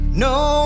No